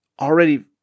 already